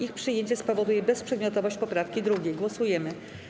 Ich przyjęcie spowoduje bezprzedmiotowość poprawki 2. Głosujemy.